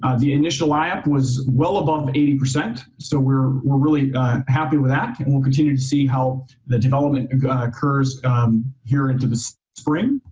ah the initial eye-up was well above eighty. so we're we're really happy with that and we'll continue to see how the development occurs here into the spring.